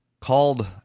called